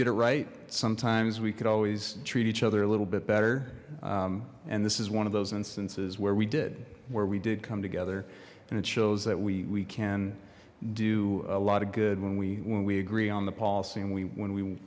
get it right sometimes we could always treat each other a little bit better and this is one of those instances where we did where we did come together and it shows that we we can do a lot of good when we when we agree on the policy and we when we